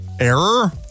Error